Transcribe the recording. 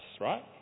right